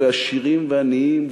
ועשירים ועניים,